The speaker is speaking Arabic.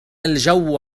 الجو